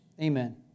Amen